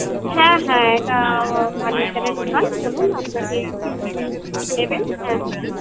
হ্যাঁ হ্যাঁ এটা ফার্নিচারের দোকান বলুন আপনাকে কি কিছু নেবেন হ্যাঁ